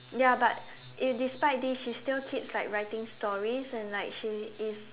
ya but you despite this she still keeps writing stories and like she is